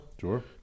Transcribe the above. Sure